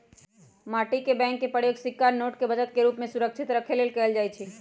माटी के बैंक के प्रयोग सिक्का आ नोट के बचत के रूप में सुरक्षित रखे लेल कएल जाइ छइ